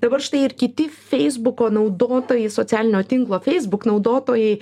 dabar štai ir kiti feisbuko naudotojai socialinio tinklo facebook naudotojai